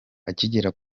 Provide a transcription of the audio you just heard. akigera